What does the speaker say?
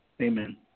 Amen